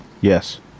Yes